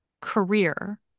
career